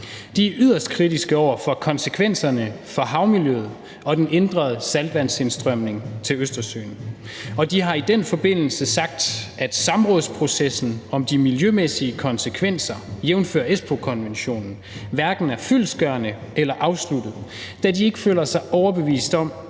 De er yderst kritiske over for konsekvenserne for havmiljøet og den ændrede saltvandsindstrømning til Østersøen, og de har i den forbindelse sagt, at samrådsprocessen om de miljømæssige konsekvenser, jævnfør Espookonventionen, hverken er fyldestgørende eller afsluttet, da de ikke føler sig overbevist om,